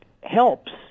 helps